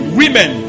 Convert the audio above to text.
women